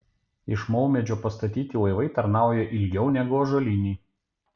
iš maumedžio pastatyti laivai tarnauja ilgiau negu ąžuoliniai